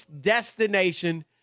destination